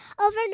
over